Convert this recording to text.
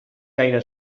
gaire